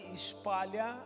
espalha